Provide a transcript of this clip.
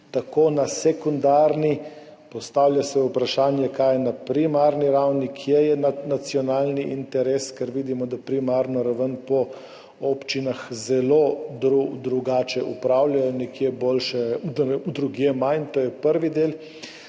na sekundarni, postavlja se vprašanje, kaj je na primarni ravni, kje je na nacionalni interes. Ker vidimo, da primarno raven po občinah zelo drugače upravljajo, nekje boljše, drugje manj. To je prvi del.